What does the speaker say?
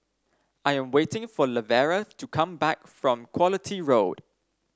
I am waiting for Lavera to come back from Quality Road